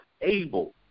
able